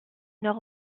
nord